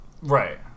Right